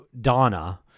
Donna